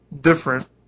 different